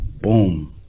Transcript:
boom